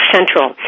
Central